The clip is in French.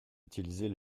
utilisez